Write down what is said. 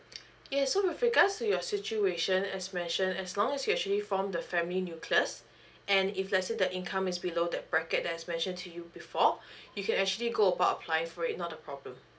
yes so with regards to your situation as mention as long as you actually formed the family nucleus and if let's say the income is below the bracket that as mentioned to you before you actually go about applying for it not a problem